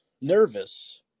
nervous